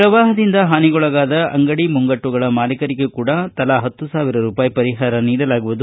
ಪ್ರವಾಹದಿಂದ ಹಾನಿಗೊಳಗಾದ ಅಂಗಡಿ ಮುಂಗಟ್ಟುಗಳ ಮಾಲೀಕರಿಗೆ ಕೂಡ ತಲಾ ಹತ್ತು ಸಾವಿರ ರೂಪಾಯಿ ಪರಿಹಾರ ನೀಡಲಾಗುವುದು